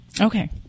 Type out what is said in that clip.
Okay